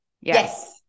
Yes